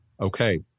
Okay